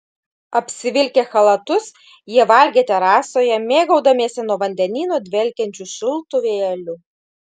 apsivilkę chalatus jie valgė terasoje mėgaudamiesi nuo vandenyno dvelkiančiu šiltu vėjeliu